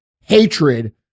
hatred